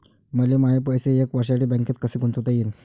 मले माये पैसे एक वर्षासाठी बँकेत कसे गुंतवता येईन?